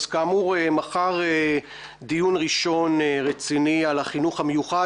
אז כאמור, מחר דיון ראשון רציני על החינוך המיוחד.